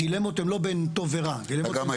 דילמות הן לא בין טוב לרע אלא הדילמה היא בין טוב לטוב.